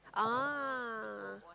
ah